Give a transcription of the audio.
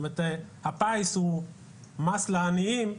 הפיס הוא מס לעניים,